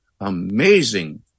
amazing